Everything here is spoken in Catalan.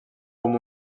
com